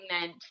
meant